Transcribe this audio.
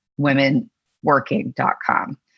womenworking.com